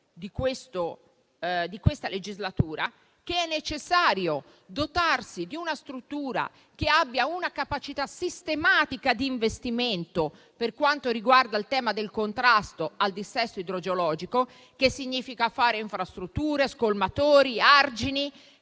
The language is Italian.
di questa legislatura che è necessario dotarsi di una struttura che abbia una capacità sistematica di investimento per quanto riguarda il tema del contrasto al dissesto idrogeologico. Ciò significa fare infrastrutture, scolmatori e argini;